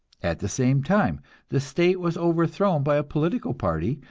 at the same time the state was overthrown by a political party,